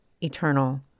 eternal